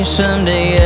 someday